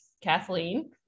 kathleen